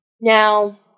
Now